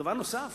דבר נוסף,